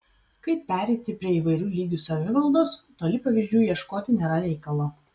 kaip pereiti prie įvairių lygių savivaldos toli pavyzdžių ieškoti nėra reikalo